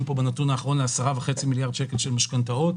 בנתון האחרון ל-10.5 מיליארד שקל משכנתאות